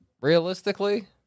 Realistically